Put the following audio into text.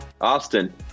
Austin